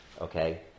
okay